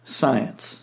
science